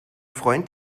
freund